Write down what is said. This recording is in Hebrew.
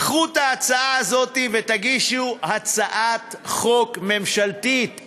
קחו את ההצעה הזאת ותגישו הצעת חוק ממשלתית,